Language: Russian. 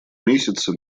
месяцы